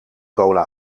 cola